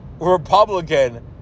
Republican